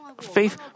faith